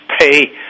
pay